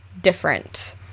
different